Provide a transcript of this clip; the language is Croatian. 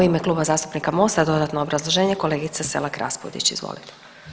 U ime Kluba zastupnika Mosta dodatno obrazloženje kolegica Selak Raspudić, izvolite.